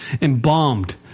embalmed